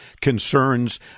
concerns